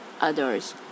others